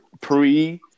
pre